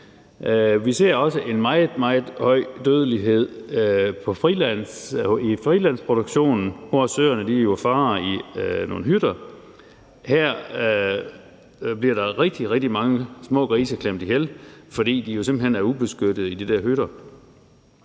Vi ser også en meget, meget høj dødelighed i frilandsproduktionen, hvor søerne jo farer i nogle hytter. Her bliver rigtig, rigtig mange smågrise klemt ihjel, fordi de simpelt hen er ubeskyttede i de der hytter.